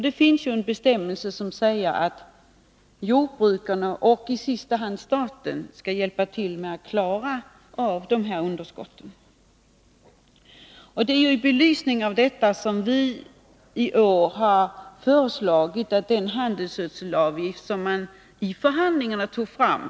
Det finns en bestämmelse som säger att jordbrukarna och i sista hand staten skall hjälpa till med att klara av dessa underskott.